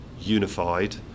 unified